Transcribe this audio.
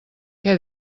què